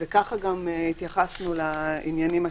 כך גם התייחסנו לעניינים השונים,